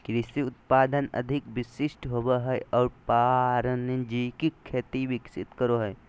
कृषि उत्पादन अधिक विशिष्ट होबो हइ और वाणिज्यिक खेती विकसित करो हइ